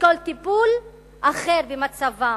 לשקול טיפול אחר במצבן,